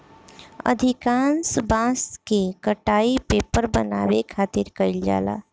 अधिकांश बांस के कटाई पेपर बनावे खातिर कईल जाला